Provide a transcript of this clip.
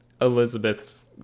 Elizabeth's